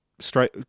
straight